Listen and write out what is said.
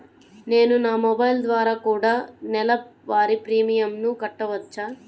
నేను నా మొబైల్ ద్వారా కూడ నెల వారి ప్రీమియంను కట్టావచ్చా?